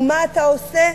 ומה אתה עושה?